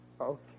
Okay